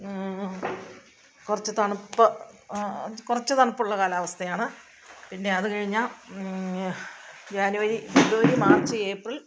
കുറച്ച് തണുപ്പ് കുറച്ച് തണുപ്പുള്ള കാലാവസ്ഥയാണ് പിന്നെ അത് കഴിഞ്ഞാല് ജാനുവരി ഫെബ്രുവരി മാർച്ച് ഏപ്രിൽ